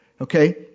Okay